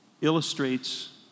illustrates